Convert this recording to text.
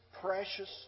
precious